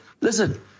Listen